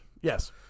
yes